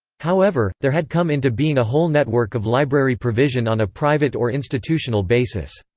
however, there had come into being a whole network of library provision on a private or institutional basis.